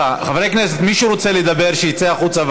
מי שרוצה לדבר שיצא החוצה,